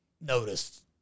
noticed